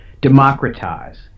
democratize